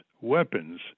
weapons